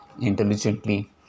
intelligently